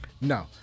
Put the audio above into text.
No